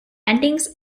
endings